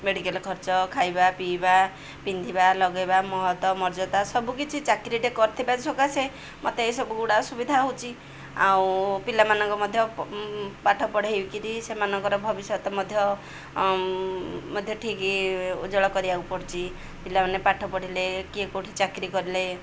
medical ଖର୍ଚ୍ଚ ଖାଇବା ପିଇବା ପିନ୍ଧିବା ଲଗାଇବା ମହତ ମର୍ଯ୍ୟଦା ସବୁକିଛି ଚାକିରିଟେ କରିଥିବା ସକାଶେ ମୋତେ ଏସବୁ ଗୁଡ଼ା ସୁବିଧା ହେଉଛି ଆଉ ପିଲାମାନଙ୍କ ମଧ୍ୟ ପାଠ ପଢ଼ାଇକିରି ସେମାନଙ୍କର ଭବିଷ୍ୟତ ମଧ୍ୟ ମଧ୍ୟ ଠିକି ଉଜ୍ଜଳ କରିବାକୁ ପଡ଼ୁଛି ପିଲାମାନେ ପାଠ ପଢ଼ିଲେ କିଏ କେଉଁଠି ଚାକିରି କଲେ